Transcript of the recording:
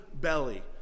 belly